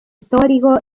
storico